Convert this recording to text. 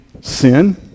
sin